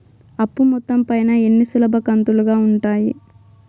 అప్పు మొత్తం పైన ఎన్ని సులభ కంతులుగా ఉంటాయి?